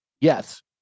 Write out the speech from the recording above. Yes